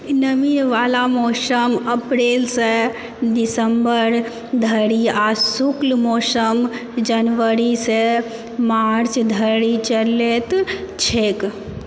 नमीवाला मौसम अप्रैल सँ दिसम्बर धरि आ शुक्ल मौसम जनवरी सँ मार्च धरि चलैत छैक